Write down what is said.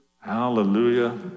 Hallelujah